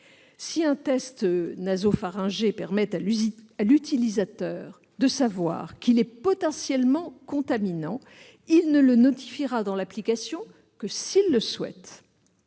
Si un test nasopharyngé permet à l'utilisateur de savoir qu'il est potentiellement contaminant, il ne le notifiera dans l'application que s'il le souhaite.